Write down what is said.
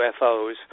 UFOs